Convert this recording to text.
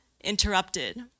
interrupted